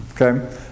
Okay